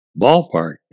ballpark